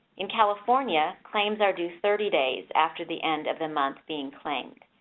in california, claims are due thirty days after the end of the month being claimed.